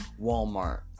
Walmart